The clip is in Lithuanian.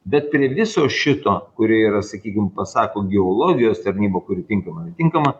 bet prie viso šito kurie yra sakykim pasako geologijos tarnyba kuri tinkama tinkama